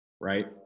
right